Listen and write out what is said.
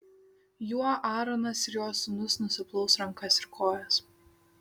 juo aaronas ir jo sūnūs nusiplaus rankas ir kojas